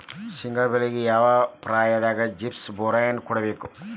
ಶೇಂಗಾ ಬೆಳೆಗೆ ಯಾವ ಪ್ರಾಯದಾಗ ಜಿಪ್ಸಂ ಬೋರಾನ್ ಕೊಡಬೇಕು?